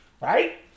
right